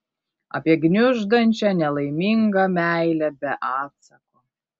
apie gniuždančią nelaimingą meilę be atsako